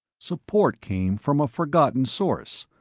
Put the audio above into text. support came from a forgotten source,